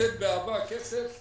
לתת באהבה כסף.